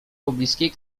pobliskiej